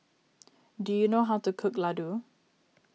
do you know how to cook Ladoo